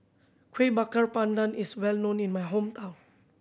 Kuih Bakar Pandan is well known in my hometown